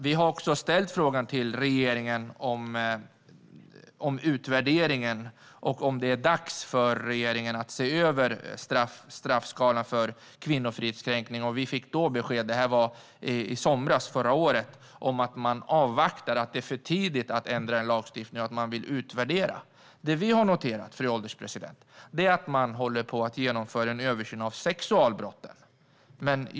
Vi ställde också en fråga till regeringen förra sommaren om utvärderingen, bland annat om det inte var dags att se över straffskalan för kvinnofridskränkning. Vi fick då beskedet att regeringen avvaktar. Regeringen anser att det är för tidigt att ändra i lagstiftningen och att man i stället vill göra en utvärdering. Fru ålderspresident! Vi har noterat att man gör en översyn av lagstiftningen rörande sexualbrott.